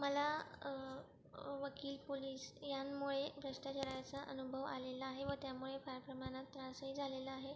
मला वकील पोलिस यांमुळे भ्रष्टाचाराचा अनुभव आलेला आहे व त्यामुळे काही प्रमाणात त्रासही झालेला आहे